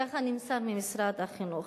ככה נמסר ממשרד החינוך.